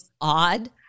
odd